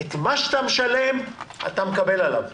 מה שאתה משלם, אתה מקבל עליו.